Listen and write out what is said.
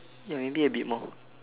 ya maybe a bit more